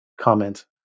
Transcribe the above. comment